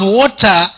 water